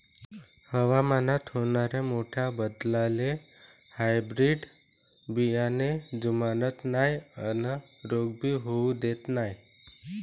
हवामानात होनाऱ्या मोठ्या बदलाले हायब्रीड बियाने जुमानत नाय अन रोग भी होऊ देत नाय